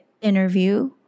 interview